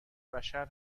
بشر